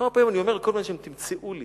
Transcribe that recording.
כמה פעמים אני אומר לכל מיני אנשים: תמצאו לי